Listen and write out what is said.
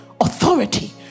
authority